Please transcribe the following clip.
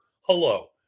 Hello